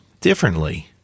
differently